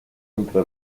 entre